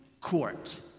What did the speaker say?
court